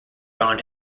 gone